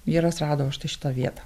vyras rado va štai šitą vietą